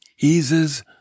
eases